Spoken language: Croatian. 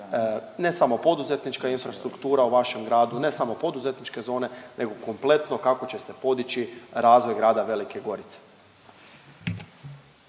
ne samo poduzetnička infrastruktura u vašem gradu, ne samo poduzetničke zone, nego kompletno kako će se podići razvoj grada Velike Gorice?